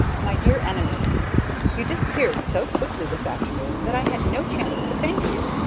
my dear enemy you disappeared so quickly this afternoon that i had no chance to thank you,